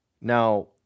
Now